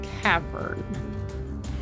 cavern